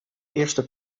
eerste